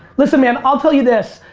listen man, i'll tell you this,